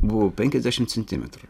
buvo penkiasdešim centimetrų